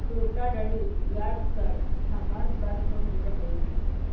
धोखाधड़ी याज काल समान्य बात हो गेल हइ